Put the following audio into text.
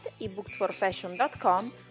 ebooksforfashion.com